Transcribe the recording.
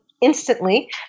instantly